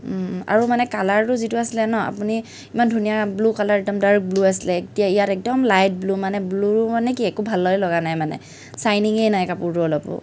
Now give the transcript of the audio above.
আৰু মানে কালাৰটো যিটো আছিলে ন আপুনি ইমান ধুনীয়া ব্লু কালাৰ একদম ডাৰ্ক ব্লু আছিল এতিয়া ইয়াত একদম লাইট ব্লু মানে ব্লুৰো মানে কি একো ভালেই লগা নাই মানে চাইনিঙে নাই কাপোৰটোৰ অলপো